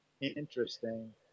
interesting